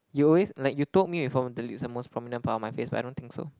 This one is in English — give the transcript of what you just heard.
you always like you told me before the lips are the most prominent part of my face but I don't think so